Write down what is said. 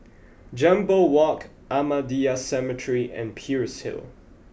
Jambol Walk Ahmadiyya Cemetery and Peirce Hill